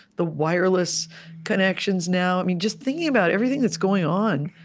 the wireless connections now just thinking about everything that's going on,